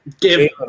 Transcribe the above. give –